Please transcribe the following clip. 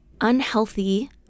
unhealthy